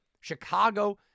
Chicago